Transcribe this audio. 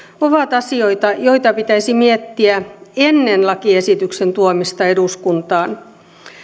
ovat asioita joita pitäisi miettiä ennen lakiesityksen tuomista eduskuntaan